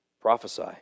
prophesy